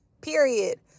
period